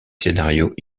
scénarios